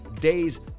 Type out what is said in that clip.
days